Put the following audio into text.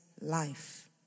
life